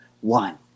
one